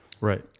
Right